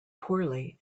poorly